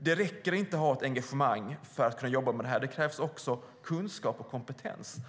Det räcker inte med att ha ett engagemang för att kunna jobba med det här; det krävs också kunskap och kompetens.